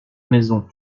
maison